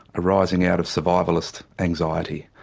arising out of survivalist anxiety.